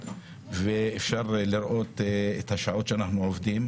( ואפשר לראות את השעות שבהן עובדים).